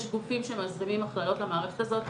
יש גופים שמזרימים הכללות למערכת הזאת ואומרים,